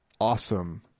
awesome